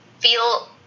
feel